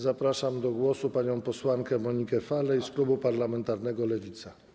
Zapraszam do zabrania głosu panią posłankę Monikę Falej z klubu parlamentarnego Lewica.